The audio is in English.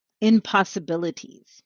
impossibilities